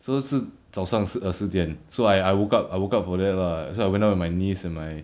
so 是早上十 err 十点 so I I woke up I woke up for that lah so I went out with my niece and my